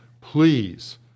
Please